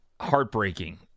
heartbreaking